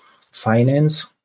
finance